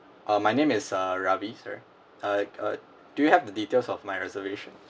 uh my name is uh Ravi sir uh uh do you have the details of my reservation